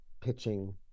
pitching